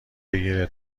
بگیره